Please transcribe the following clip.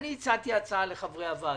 הצעתי הצעה לחברי הוועדה.